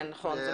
כן, נכון.